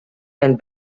and